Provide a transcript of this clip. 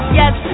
yes